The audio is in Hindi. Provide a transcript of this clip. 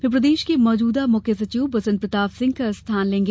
वे प्रदेश के मौजूदा मुख्य सचिव बसंत प्रताप सिंह का स्थान लेंगे